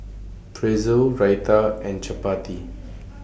Pretzel Raita and Chapati